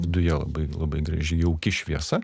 viduje labai labai graži jauki šviesa